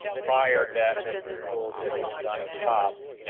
prior debt that the school district's done as cops, you